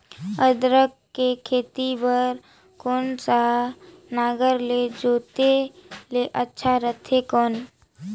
अदरक के खेती बार कोन सा नागर ले जोते ले अच्छा रथे कौन?